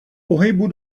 pohybu